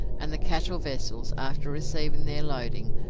and the cattle vessels, after receiving their loading,